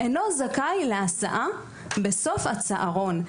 אינו זכאי להסעה בסוף הצהרון.